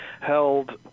held